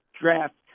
draft